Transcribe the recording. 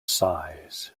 sighs